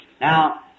Now